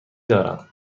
دارم